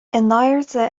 airde